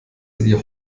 hier